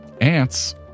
ants